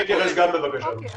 בבקשה.